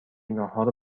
ناهار